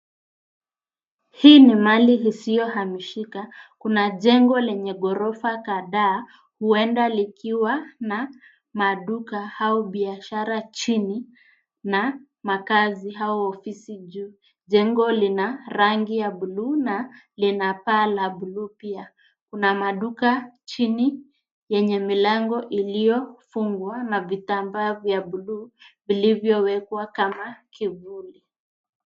Hii ni mali isiyohamishika. Kuna jengo lenye ghorofa kadhaa, huenda likiwa na maduka au biashara chini na makazi au ofisi juu. Jengo lina rangi ya buluu na lina paa la buluu pia. Kuna maduka chini yenye milango iliyofungwa na vitambaa vya buluu vilivyowekwa kama kivuli.